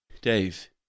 Dave